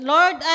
Lord